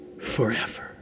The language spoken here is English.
forever